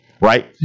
Right